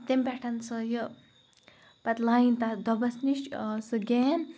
تمہِ پیٹھ سۄ یہِ پَتہٕ لایِن تَتھ دۄبَس نِش سُہ گیم